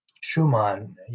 Schumann